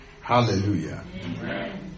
Hallelujah